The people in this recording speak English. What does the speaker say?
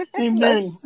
Amen